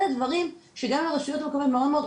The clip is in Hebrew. אלה דברים שגם אם הרשויות מאוד רוצות,